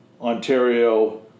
Ontario